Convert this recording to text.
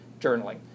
journaling